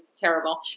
terrible